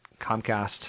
Comcast